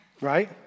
Right